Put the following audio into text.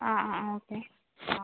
okay